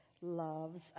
loves